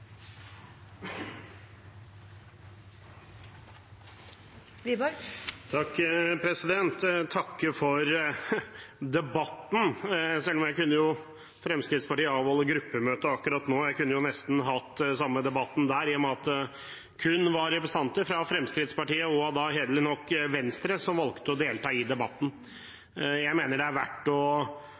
Jeg vil takke for debatten. Fremskrittspartiet avholder gruppemøte akkurat nå, og vi kunne nesten hatt samme debatt der, i og med at det kun var representanter fra Fremskrittspartiet og – hederlig nok – Venstre som valgte å delta i debatten. Jeg mener det er verdt å